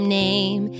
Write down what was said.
name